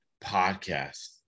podcast